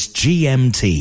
gmt